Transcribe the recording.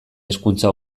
hezkuntza